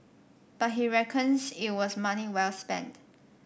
but he reckons it was money well spent